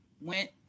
went